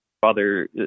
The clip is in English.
father